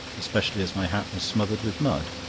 especially as my hat was smothered with mud.